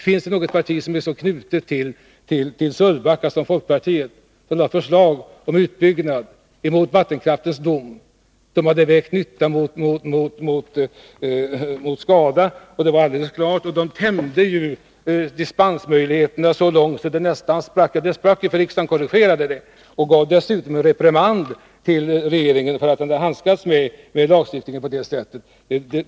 Finns det något parti som är så knutet till Sölvbacka som folkpartiet? Det var folkpartiet som, mot vattendomstolens klara dom, lade fram förslag om en utbyggnad. Folkpartiregeringen tänjde dispensmöjligheterna så långt att de nästan sprack. Ja, det sprack ju, för riksdagen korrigerade beslutet och gav dessutom regeringen en reprimand för att den hade handskats med lagstiftningen på detta sätt.